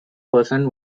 person